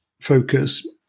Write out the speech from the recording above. focus